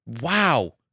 wow